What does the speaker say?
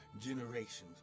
generations